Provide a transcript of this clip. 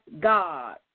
God